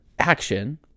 Action